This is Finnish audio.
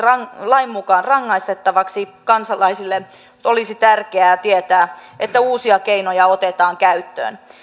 lain mukaan rangaistavaksi kansalaisille olisi tärkeää tietää että uusia keinoja otetaan käyttöön